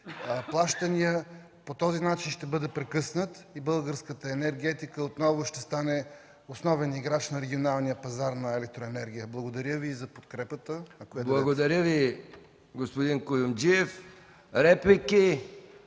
плащания, по този начин ще бъде прекъснат и българската енергетика отново ще стане основен играч на регионалния пазар на електроенергия. Благодаря Ви за подкрепата, ако я дадете.